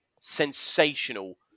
sensational